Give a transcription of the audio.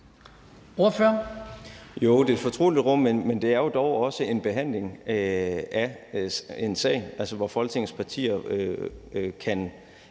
(S): Ja, det er et fortroligt rum, men det her er jo dog også en behandling af en sag. Folketingets partier kan ved den